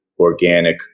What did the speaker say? organic